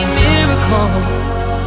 miracles